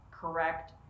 correct